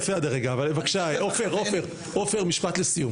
דבר ראשון